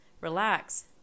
Relax